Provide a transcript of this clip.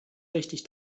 richtig